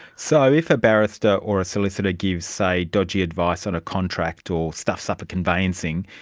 so if a barrister or solicitor gives, say, dodgy advice on a contract or stuffs up a conveyancing,